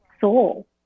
soul